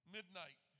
Midnight